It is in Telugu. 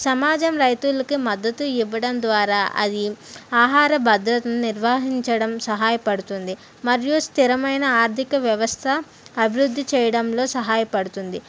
సమాజం రైతులకు మద్దత్తు ఇవ్వడం ద్వారా అది ఆహార భద్రతను నిర్వహించడం సహాయపడుతుంది మరియు స్థిరమైన ఆర్ధిక వ్యవస్థ అభివృద్ధి చేయడంలో సహాయపడుతుంది